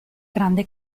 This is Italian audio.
grande